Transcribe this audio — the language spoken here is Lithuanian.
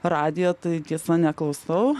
radijo tai tiesa neklausau